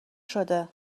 شده